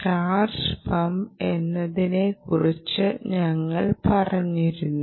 charge pump എന്നതിനെക്കുറിച്ച് ഞങ്ങൾ പറഞ്ഞിരുന്നു